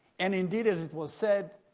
and indeed as it was said,